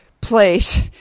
place